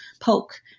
poke